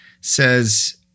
says